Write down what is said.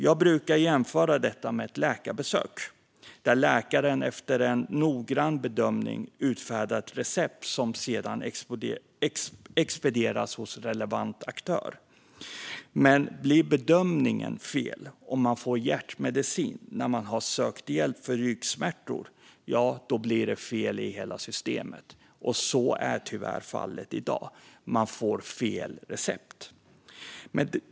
Jag brukar jämföra detta med ett läkarbesök, där läkaren efter en noggrann bedömning utfärdar ett recept som sedan expedieras hos relevant aktör. Men blir bedömningen fel och man får hjärtmedicin när man har sökt hjälp för ryggsmärtor blir det fel i hela systemet, och så är tyvärr fallet i dag - man får fel recept.